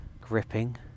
gripping